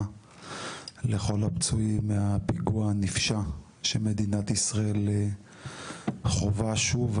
לכל הפצועים מהפיגוע הנפשע שמדינת ישראל חווה שוב,